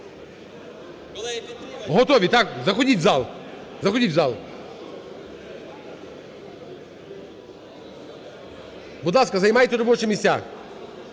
Готові так? Заходіть в зал, заходіть в зал. Будь ласка, займайте робочі місця.